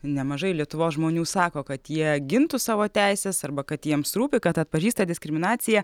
nemažai lietuvos žmonių sako kad jie gintų savo teises arba kad jiems rūpi kad atpažįsta diskriminaciją